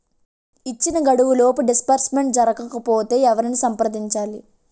ఇచ్చిన గడువులోపు డిస్బర్స్మెంట్ జరగకపోతే ఎవరిని సంప్రదించాలి?